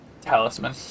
talisman